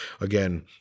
again